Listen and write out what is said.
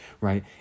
right